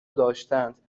داشتند